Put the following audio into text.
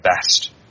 best